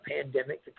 pandemic